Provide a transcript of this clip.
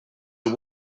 are